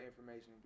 information